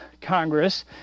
congress